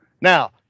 now